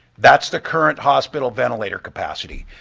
that's the current hospital ventilator capacity.